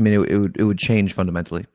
ah you know it would it would change fundamentally